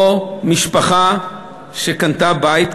או משפחה שקנתה בית,